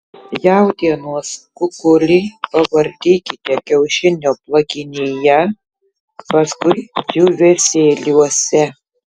jautienos kukulį pavartykite kiaušinio plakinyje paskui džiūvėsėliuose